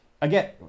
Again